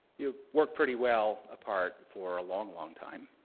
you've work pretty well apart for a long, long time.